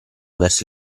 verso